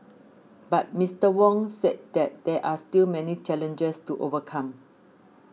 but Mister Wong said that there are still many challenges to overcome